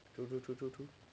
true true true true true